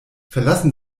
verlassen